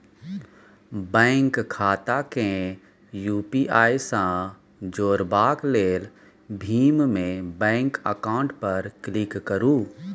bank खाता केँ UPI सँ जोरबाक लेल भीम मे बैंक अकाउंट पर क्लिक करु